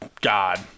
God